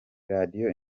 radio